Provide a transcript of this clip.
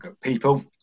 people